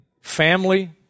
family